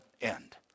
end